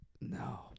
no